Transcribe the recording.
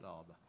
תודה רבה.